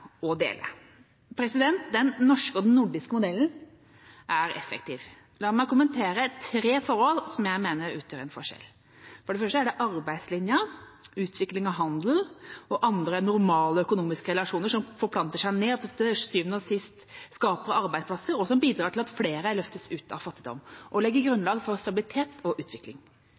og dele. Den norske og den nordiske modellen er effektiv. La meg kommentere tre forhold som jeg mener utgjør en forskjell. For det første: Arbeidslinja, utvikling, handel og andre normale økonomiske relasjoner forplanter seg og skaper til syvende og sist arbeidsplasser. Det bidrar til at flere løftes ut av fattigdom og legger grunnlag for stabilitet og utvikling.